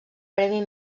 premi